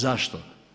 Zašto?